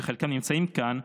שחלקם נמצאים כאן,